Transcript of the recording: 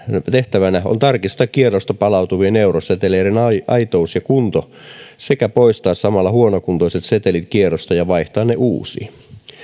tehtävänä on tarkistaa kierrosta palautuvien euroseteleiden aitous ja kunto sekä poistaa samalla huonokuntoiset setelit kierrosta ja vaihtaa ne uusiin